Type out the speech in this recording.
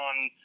on